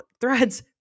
threads